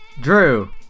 Drew